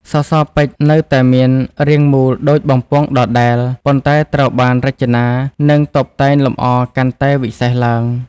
សសរពេជ្រនៅតែមានរាងមូលដូចបំពង់ដដែល ប៉ុន្តែត្រូវបានរចនា និងតុបតែងលម្អកាន់តែវិសេសឡើង។